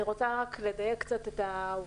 אני רוצה לדייק את העובדות: